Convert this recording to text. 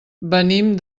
venim